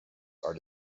are